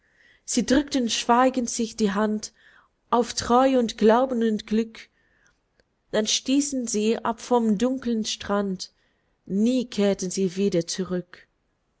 sie drückten schweigend sich die hand auf treu und glauben und glück dann stießen sie ab vom dunkeln strand nie kehrten sie wieder zurück